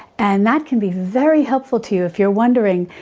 and that can be very helpful to you if you're wondering,